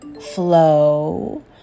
flow